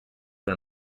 are